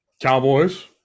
Cowboys